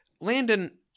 Landon